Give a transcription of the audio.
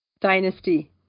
Dynasty